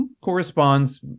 corresponds